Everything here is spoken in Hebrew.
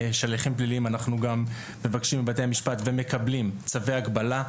פליליים אנחנו גם מבקשים מבתי המשפט ומקבלים צווי הגבלה,